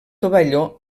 tovalló